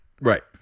Right